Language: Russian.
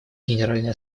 генеральной